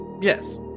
Yes